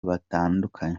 batandukanye